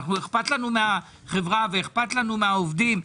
אכפת לנו מהחברה ואכפת לנו מהעובדים.